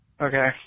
Okay